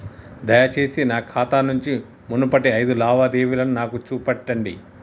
దయచేసి నా ఖాతా నుంచి మునుపటి ఐదు లావాదేవీలను నాకు చూపెట్టండి